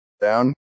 down